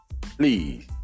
please